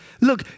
look